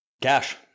Cash